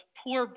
poor